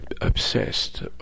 obsessed